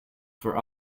for